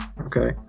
Okay